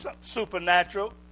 supernatural